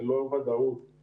ללא ודאות